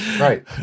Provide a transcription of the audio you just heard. Right